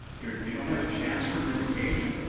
you don't have a chance for vindication?